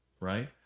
Right